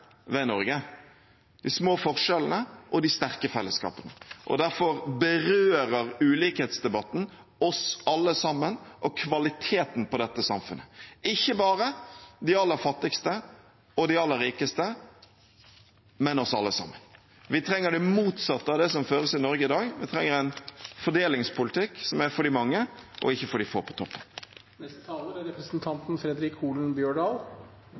ved Norge: de små forskjellene og de sterke fellesskapene. Derfor berører ulikhetsdebatten oss alle sammen og kvaliteten på dette samfunnet – ikke bare de aller fattigste og de aller rikeste, men oss alle sammen. Vi trenger det motsatte av den politikken som føres i Norge i dag. Vi trenger en fordelingspolitikk som er for de mange og ikke for de få på toppen. Det mest påfallande når høgrepartia skal diskutere forskjellar, er